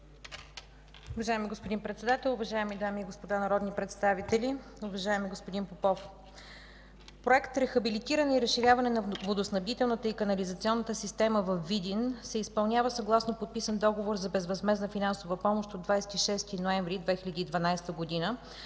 Уважаеми господин Председател, уважаеми дами и господа народни представители, уважаеми господин Попов! Проект „Рехабилитиране и разширяване на водоснабдителната и канализационната система във Видин” се изпълнява съгласно подписан договор за безвъзмездна финансова помощ от 26 ноември 2012 г. на